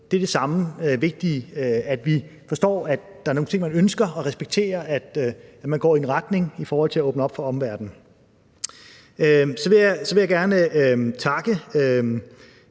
at vi altså forstår, at der er nogle ting, man ønsker, og respekterer, at man går i en retning i forhold til at åbne op for omverdenen. Kl. 18:58 Så vil jeg gerne takke